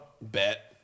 Bet